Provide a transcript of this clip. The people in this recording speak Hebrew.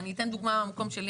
אני אתן דוגמה דווקא מהאזור שלי,